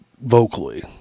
vocally